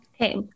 Okay